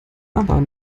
aber